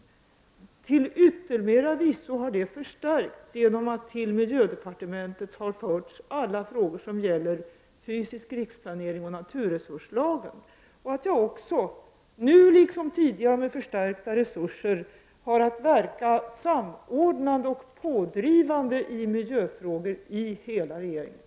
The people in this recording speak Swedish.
Detta har till yttermera visso förstärkts, eftersom alla frågor som gäller fysisk riksplanering och naturresurslagen har förts till miljödepartementet. Liksom tidigare har jag nu att med förstärkta resurser verka samordnande och pådrivande i miljöfrågor i hela regeringen.